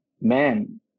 Man